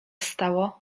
stało